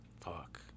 fuck